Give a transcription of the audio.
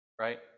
Right